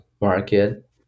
market